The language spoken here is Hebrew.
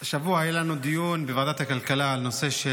השבוע היה לנו דיון בוועדת הכלכלה גם בנושא של